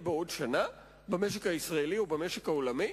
בעוד שנה במשק הישראלי או במשק העולמי?